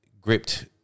gripped